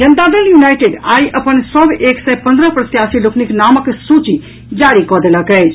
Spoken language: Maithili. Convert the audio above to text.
जनता दल यूनाईटेड आई अपन सभ एक सय पंद्रह प्रत्याशी लोकनिक नामक सूची जारी कऽ देलक अछि